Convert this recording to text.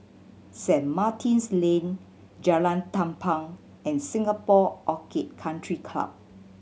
Saint Martin's Lane Jalan Tampang and Singapore Orchid Country Club